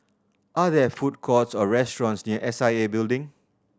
are there food courts or restaurants near S I A Building